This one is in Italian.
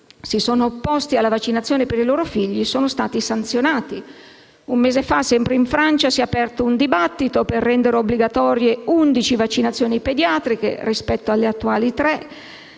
si sono opposti alla vaccinazione per i loro figli, sono stati sanzionati. Un mese fa, sempre in Francia, si è aperto un dibattito per rendere obbligatorie 11 vaccinazioni pediatriche, rispetto alle attuali tre.